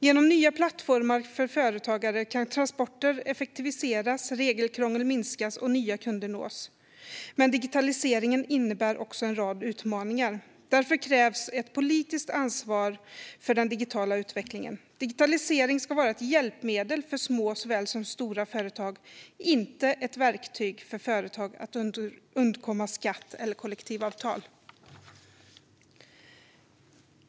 Genom nya plattformar för företagare kan transporter effektiviseras, regelkrångel minskas och nya kunder nås. Men digitaliseringen innebär också en rad utmaningar. Därför krävs ett politiskt ansvar för den digitala utvecklingen. Digitalisering ska vara ett hjälpmedel för såväl små som stora företag, inte ett verktyg för företag att undkomma skatt eller kollektivavtal.